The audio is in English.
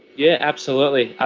yeah, absolutely.